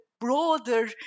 broader